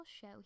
show